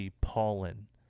Pollen